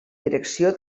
direcció